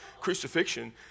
crucifixion